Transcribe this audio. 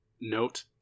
note